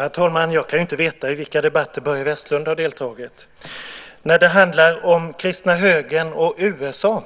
Herr talman! Jag kan ju inte veta vilka debatter Börje Vestlund har deltagit i. Beträffande kristna högern och USA